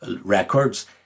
records